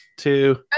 two